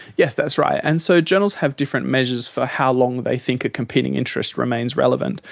yes, that's right. and so journals have different measures for how long they think a competing interest remains relevant.